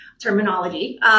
terminology